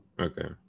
Okay